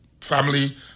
family